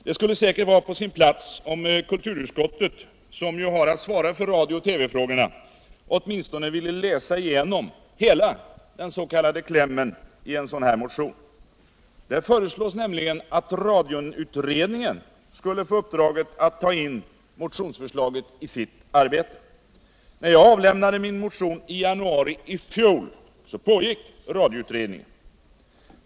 Det skulle säkert vara på sin plats om kulturutskottet. som ju har att svara för radio och TV-frågorna. åtminstone ville läsa igenom hela den s.k. klämmen i en sådan här motion. Där föreslås nämligen att radioutredningen skulle få uppdraget att tå in motionsförstaget i sitt arbete. När jag avlämnade min motion i januari i fjol pågick radioutredningen.